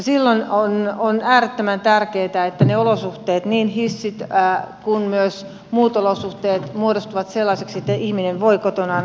silloin on äärettömän tärkeätä että ne olosuhteet niin hissit kuin myös muut olosuhteet muodostuvat sellaisiksi että ihminen voi kotonaan asua